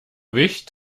wicht